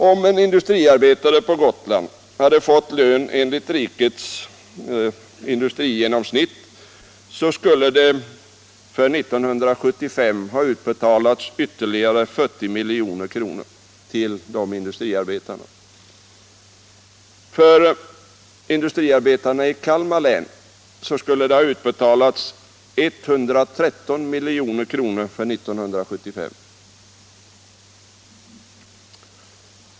Om industriarbetarna på Gotland hade fått lön enligt rikets industrigenomsnitt, skulle det under 1975 ha utbetalats ytterligare 40 milj.kr. till dem. Till industriarbetarna i Kalmar län skulle det ha utbetalats ytterligare 113 milj.kr. under 1975.